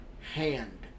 hand